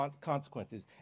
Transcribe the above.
consequences